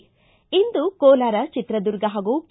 ಿಂ ಇಂದು ಕೋಲಾರ ಚಿತ್ರದುರ್ಗ ಹಾಗೂ ಕೆ